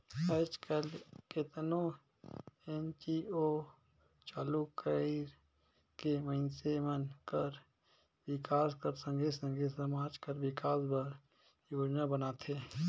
आएज काएल केतनो एन.जी.ओ चालू कइर के मइनसे मन कर बिकास कर संघे संघे समाज कर बिकास बर योजना बनाथे